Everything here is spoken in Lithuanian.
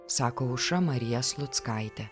sako aušra marija sluckaitė